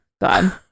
God